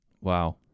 Wow